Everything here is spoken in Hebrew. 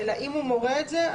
אלא אם הוא מורה את זה,